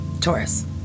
Taurus